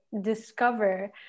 discover